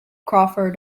crawford